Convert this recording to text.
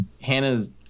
Hannah's